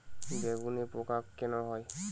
বেগুনে পোকা কেন হয়?